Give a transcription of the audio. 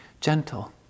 Gentle